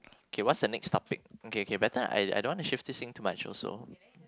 okay what's the next topic okay okay better I don't want to shift this thing too much also